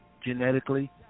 genetically